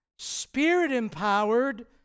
spirit-empowered